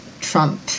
Trump